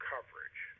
coverage